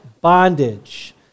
bondage